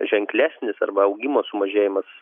ženklesnis arba augimo sumažėjimas